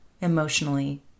emotionally